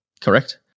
Correct